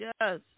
Yes